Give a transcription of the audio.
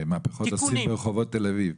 מהפכות עושים ברחובות תל אביב.